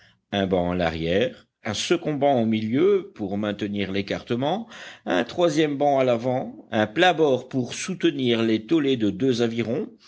un banc à l'arrière un second banc au milieu pour maintenir l'écartement un troisième banc à l'avant un plat-bord pour soutenir les tolets de deux avirons